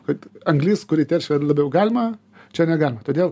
kad anglis kuri teršia labiau galima čia negalima todėl